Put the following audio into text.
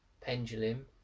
pendulum